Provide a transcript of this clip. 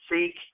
seek